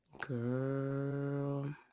Girl